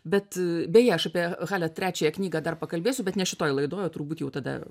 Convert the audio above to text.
bet beje aš apie halę trečiąją knygą dar pakalbėsiu bet ne šitoj laidoj o turbūt jau tada